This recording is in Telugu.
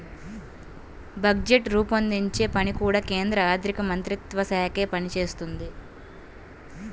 బడ్జెట్ రూపొందించే పని కూడా కేంద్ర ఆర్ధికమంత్రిత్వ శాఖే చేస్తుంది